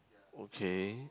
okay